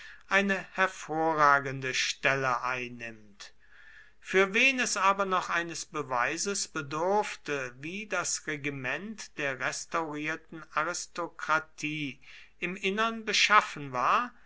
eine hervorragende stelle einnimmt für wen es aber noch eines beweises bedurfte wie das regiment der restaurierten aristokratie im innern beschaffen war